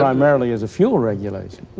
primarily is a fuel regulation.